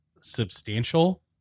substantial